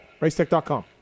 Racetech.com